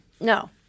No